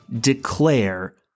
declare